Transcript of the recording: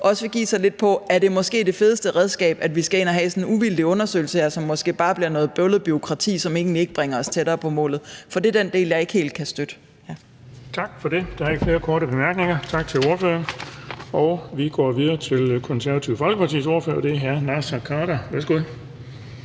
på spørgsmålet om, om det måske er det fedeste redskab, at vi skal ind og have sådan en uvildig undersøgelse af det her, som måske bare bliver til noget bøvlet bureaukrati, og som egentlig ikke bringer os tættere på målet – det er den del, jeg ikke helt kan støtte. Kl. 20:57 Den fg. formand (Erling Bonnesen): Tak for det. Der er ikke flere korte bemærkninger. Tak til ordføreren. Vi går videre til Det Konservative Folkepartis ordfører, og det er hr. Naser Khader. Værsgo.